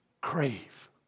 crave